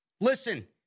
Listen